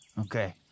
Okay